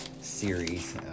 series